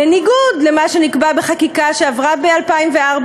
בניגוד למה שנקבע בחקיקה שעברה ב-2004